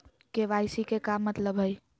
KYC के का मतलब हई?